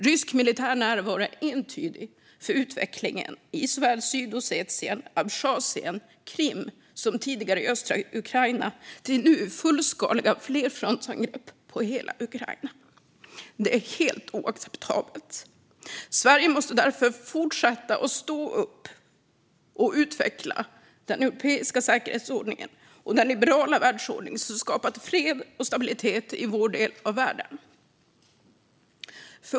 Rysk militär närvaro är entydig för utvecklingen i såväl Sydossetien, Abchazien och Krim som tidigare östra Ukraina till nu fullskaliga flerfrontsangrepp på hela Ukraina. Detta är helt oacceptabelt. Sverige måste därför fortsätta stå upp för och utveckla den europeiska säkerhetsordningen och den liberala världsordning som skapat fred och stabilitet i vår del av världen.